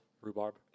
rhubarb